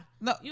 No